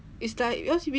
it's like because we